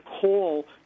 call